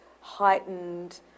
heightened